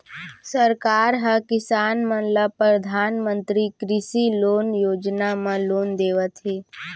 सरकार ह किसान मन ल परधानमंतरी कृषि लोन योजना म लोन देवत हे